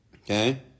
Okay